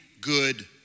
good